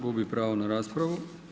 Gubi pravo na raspravu.